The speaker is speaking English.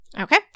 Okay